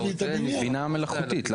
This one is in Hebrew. מבינה מלאכותית.